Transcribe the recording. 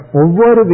over